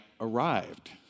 arrived